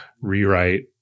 rewrite